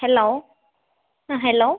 hello ആ hello